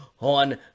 on